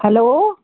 hello